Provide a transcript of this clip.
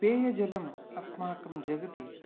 पेय जलम् अस्माकं जगति